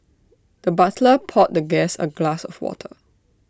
the butler poured the guest A glass of water